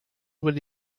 with